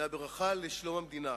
מהברכה לשלום המדינה: